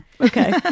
Okay